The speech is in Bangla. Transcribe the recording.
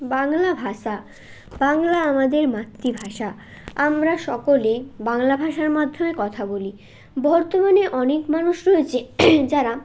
বাংলা ভাষা বাংলা আমাদের মাতৃভাষা আমরা সকলেই বাংলা ভাষার মাধ্যমে কথা বলি বর্তমানে অনেক মানুষ রয়েছে যারা